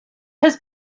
has